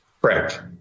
Correct